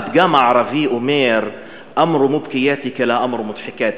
הפתגם הערבי אומר: "אמר מבכיאתכ וא אמר מצ'חכאתכ".